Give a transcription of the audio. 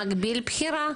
מגדיל בחירה.